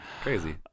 crazy